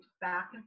back